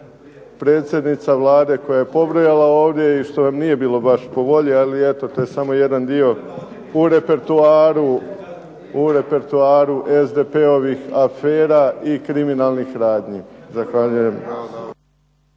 Predsjednica Vlade koja je pobrojala ovdje i što vam nije bilo baš po volji, ali eto to je samo jedan dio u repertoaru SDP-ovih afera i kriminalnih radnji. Zahvaljujem.